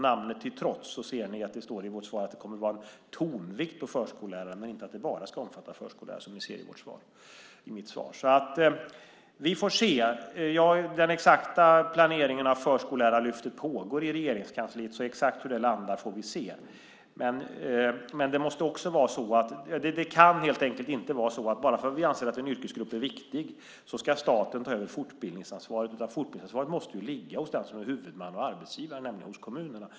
Namnet till trots ser ni att det fortfarande står att det kommer att vara en tonvikt vid förskollärarna, men det ska inte bara omfatta förskollärarna, som ni ser i mitt svar. Planeringen av Förskollärarlyftet pågår i Regeringskansliet. Exakt hur det landar får vi se. Det kan helt enkelt inte vara så att bara för att vi anser att en yrkesgrupp är viktig ska staten ta över fortbildningsansvaret. Fortbildningsansvaret måste ligga hos den som är huvudman och arbetsgivare, nämligen hos kommunerna.